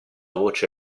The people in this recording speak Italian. voce